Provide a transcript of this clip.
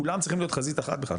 כולם צריכים להיות חזית אחת בכלל,